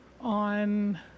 on